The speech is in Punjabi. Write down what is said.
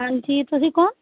ਹਾਂਜੀ ਤੁਸੀਂ ਕੌਨ